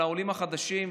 על העולים החדשים,